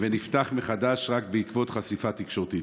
ונפתח מחדש רק בעקבות חשיפה תקשורתית.